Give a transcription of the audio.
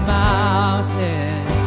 mountain